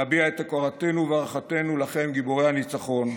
להביע את הוקרתנו והערכתנו לכם, גיבורי הניצחון,